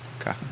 Okay